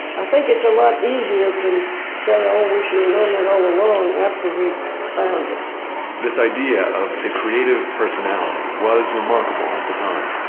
i think it's a lot easier to and say, oh, we should have known that all along after we found it this idea of the creative personality was remarkable at the time.